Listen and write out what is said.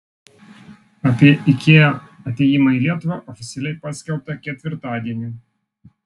apie ikea atėjimą į lietuvą oficialiai paskelbta ketvirtadienį